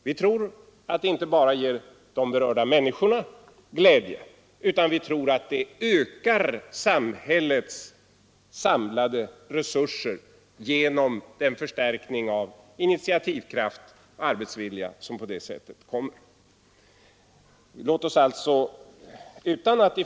Vi tror att det inte bara ger de berörda människorna glädje utan att det också ökar samhällets samlade resurser genom den förstärkning av initiativkraft och arbetsvilja som på det sättet kommer till stånd.